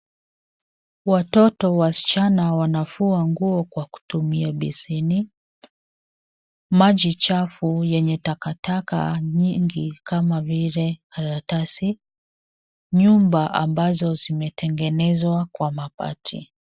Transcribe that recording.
Watoto wasichana wanafua nguo kwa kutumia beseni. Maji chafu yenye takataka nyingi kama vile, karatasi. Nyumba ambazo zimetengenezwa kwa mabati.